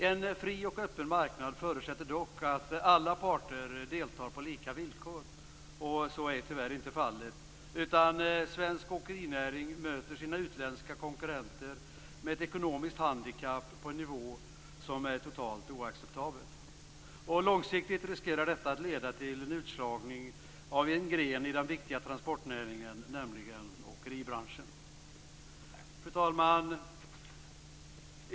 En fri och öppen marknad förutsätter dock att alla parter deltar på lika villkor. Så är tyvärr inte fallet, utan svensk åkerinäring möter sina utländska konkurrenter med ett ekonomiskt handikapp på en nivå som är totalt oacceptabel. Långsiktigt riskerar detta att leda till en utslagning av en gren i den viktiga transportnäringen, nämligen åkeribranschen. Fru talman!